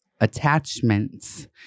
attachments